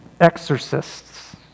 exorcists